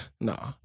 Nah